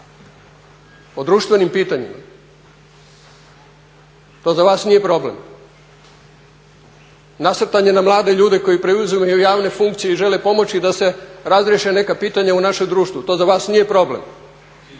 o društvenim pitanjima. To za vas nije problem? Nasrtanje na mlade ljude koji preuzimaju javne funkcije i žele pomoći da se razriješe neka pitanja u našem društvu, to za vas nije problem?